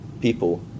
people